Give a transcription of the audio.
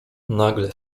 nagle